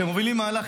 שמובילים מהלך.